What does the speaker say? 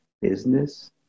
business